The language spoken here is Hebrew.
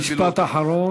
משפט אחרון.